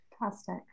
Fantastic